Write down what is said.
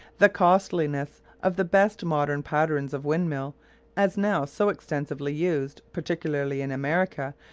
the costliness of the best modern patterns of windmill as now so extensively used, particularly in america,